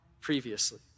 previously